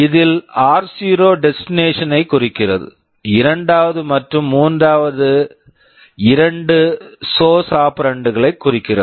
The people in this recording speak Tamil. இதில் ஆர்0 r0 டெஸ்டினேஷன் destination ஐக் குறிக்கிறது இரண்டாவது மற்றும் மூன்றாவது இரண்டு சோர்ஸ் source ஆபெரண்ட்ஸ் operands களைக் குறிக்கிறது